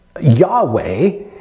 Yahweh